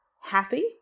Happy